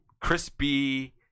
crispy